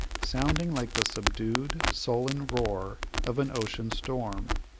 sounding like the subdued, sullen roar of an ocean storm,